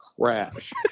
crash